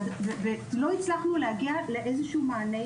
ולא הצלחנו להגיע איתם לאיזשהו מענה.